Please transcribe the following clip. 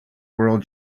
world